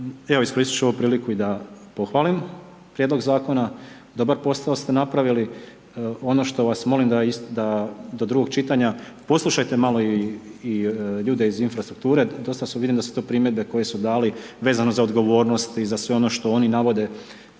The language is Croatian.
evo iskoristit ću ovu priliku i da pohvalim prijedlog zakona, dobar posao ste napravili, ono što vas molim do drugog čitanja, poslušajte malo i ljude iz infrastrukture, dosta su, vidim da su te primjedbe koje su dali vezano za odgovornost i za sve ono što oni navode